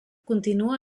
continua